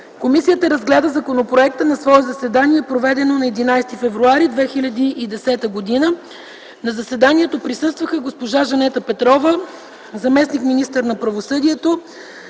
„Комисията разгледа законопроекта на свое заседание, проведено на 11 февруари 2010 г. На заседанието присъстваха госпожа Жанета Петрова – заместник-министър на правосъдието,